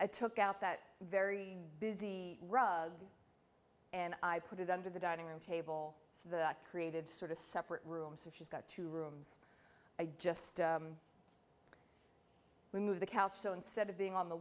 i took out that very busy rug and i put it under the dining room table so that i created sort of a separate room so she's got two rooms i just remove the couch so instead of being on the